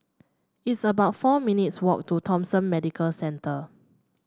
it's about four minutes' walk to Thomson Medical Centre